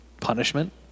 punishment